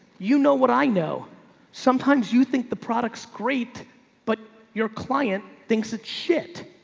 you know what? i know sometimes you think the product's great but your client thinks that shit.